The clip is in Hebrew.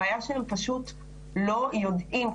הבעיה שפשוט לא יודעים.